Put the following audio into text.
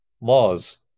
laws